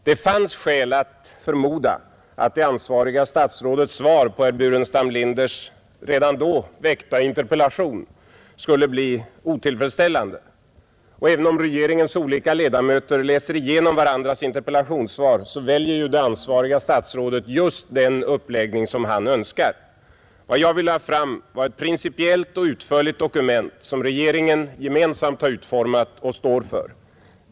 Det fanns skäl att förmoda att det ansvariga statsrådets svar på herr Burenstam Linders redan då väckta interpellation skulle bli otillfredsställande. Även om regeringens olika ledamöter läser igenom varandras interpellationssvar så väljer ju det ansvariga statsrådet just den uppläggning han önskar. Vad jag ville ha fram var ett principiellt och utförligt dokument som regeringen gemensamt har utformat och står för.